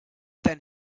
then